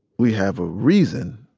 we have a reason.